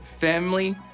family